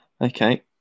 Okay